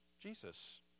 Jesus